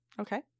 Okay